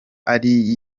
ari